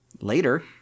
Later